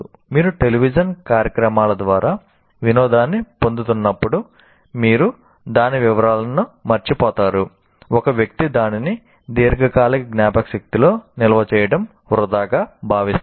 మీరు టెలివిజన్ కార్యక్రమాల ద్వారా వినోదాన్ని పొందుతున్నప్పుడు మీరు అన్ని వివరాలను మరచిపోతారు ఒక వ్యక్తి దానిని దీర్ఘకాలిక జ్ఞాపకశక్తిలో నిల్వ చేయడం వృధాగా భావిస్తారు